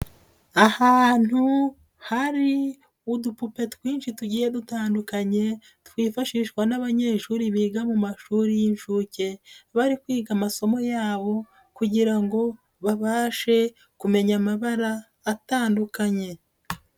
Ahantu hari udupupe twinshi tugiye dutandukanye twifashishwa n'abanyeshuri biga mu mashuri y'inshuke, bari kwiga amasomo yabo kugira ngo babashe kumenya amabara atandukanye.